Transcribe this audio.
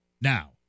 Now